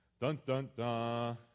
dun-dun-dun